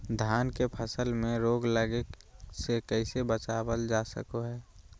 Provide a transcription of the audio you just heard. धान के फसल में रोग लगे से कैसे बचाबल जा सको हय?